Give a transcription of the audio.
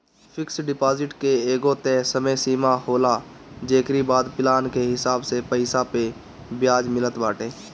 fix deposit के एगो तय समय सीमा होला जेकरी बाद प्लान के हिसाब से पईसा पअ बियाज मिलत बाटे